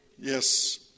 Yes